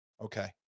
Okay